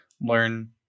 learn